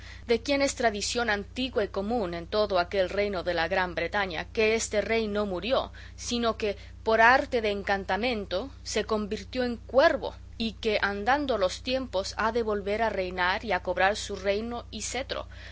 de quien es tradición antigua y común en todo aquel reino de la gran bretaña que este rey no murió sino que por arte de encantamento se convirtió en cuervo y que andando los tiempos ha de volver a reinar y a cobrar su reino y cetro